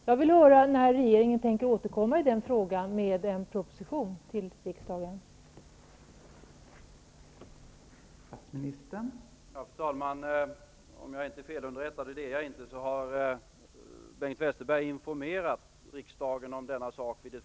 Jag undrar när regeringen tänker lägga fram en proposition för riksdagen i denna fråga.